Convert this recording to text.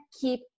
keep